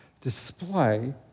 display